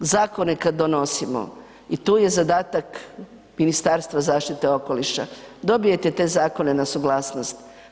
Zakone kad donosimo i tu je zadatak Ministarstva zaštite okoliša, dobijete te zakone na suglasnost.